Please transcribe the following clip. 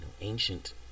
ancient